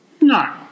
no